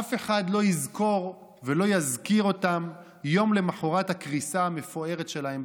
אף אחד לא יזכור ולא יזכיר אותם יום למוחרת הקריסה המפוארת שלהם,